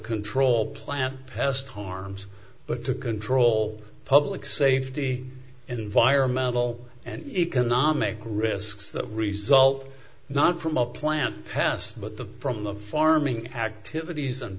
control plant pest harms but to control public safety environmental and economic risks that result not from a plant past but the from the farming activities and